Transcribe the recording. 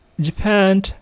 japan